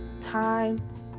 time